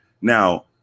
Now